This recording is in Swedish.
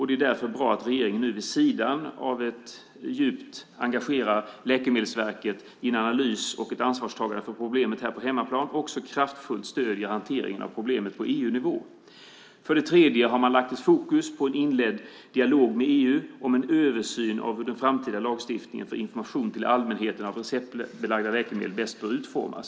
Det är därför bra att regeringen nu engagerar Läkemedelsverket i en analys av och ett ansvarstagande för problemet här på hemmaplan och också kraftfullt stöder hanteringen av problemet på EU-nivå. För det tredje har man lagt ett fokus på en inledd dialog med EU om en översyn av hur den framtida lagstiftningen för information till allmänheten när det gäller receptbelagda läkemedel bäst bör utformas.